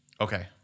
Okay